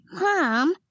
Mom